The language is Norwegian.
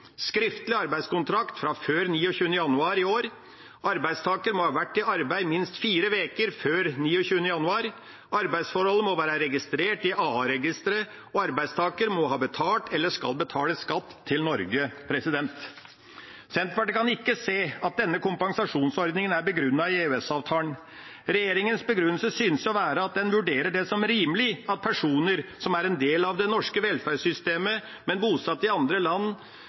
skriftlig arbeidskontrakt fra før 29. januar i år, arbeidstaker må ha vært i arbeid i minst fire uker før 29. januar, arbeidsforholdet må være registrert i Aa-registeret, og arbeidstaker må ha betalt eller skal betale skatt til Norge. Senterpartiet kan ikke se at denne kompensasjonsordningen er begrunnet i EØS-avtalen. Regjeringas begrunnelse synes å være at en vurderer det som rimelig at personer som er en del av det norske velferdssystemet, men bosatt i andre land,